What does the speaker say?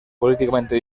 políticamente